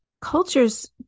cultures